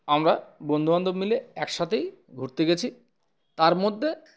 আমরা বন্ধুবান্ধব মিলে একসাথেই ঘুরতে গেছি তার মধ্যে